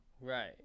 Right